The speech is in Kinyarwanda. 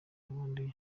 rwandair